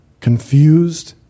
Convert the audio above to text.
confused